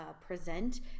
present